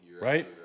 Right